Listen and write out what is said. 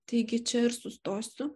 taigi čia ir sustosiu